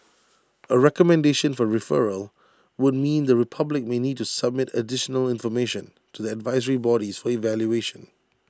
A recommendation for referral would mean the republic may need to submit additional information to the advisory bodies for evaluation